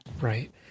Right